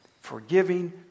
Forgiving